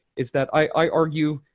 is that i argue,